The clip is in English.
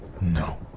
No